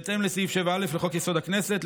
בהתאם לחוק-יסוד: הכנסת,